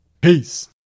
Peace